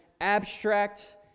abstract